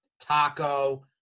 Taco